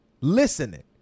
listening